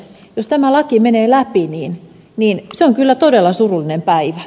jos tämä laki menee läpi se on kyllä todella surullinen päivä